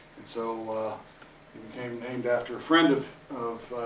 and so be became named after a friend of of